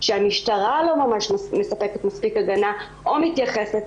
שהמשטרה לא מספקת מספיק הגנה או מתייחסת